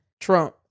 trump